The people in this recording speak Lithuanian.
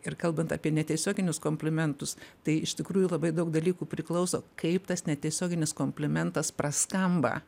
ir kalbant apie netiesioginius komplimentus tai iš tikrųjų labai daug dalykų priklauso kaip tas netiesioginis komplimentas praskamba